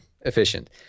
efficient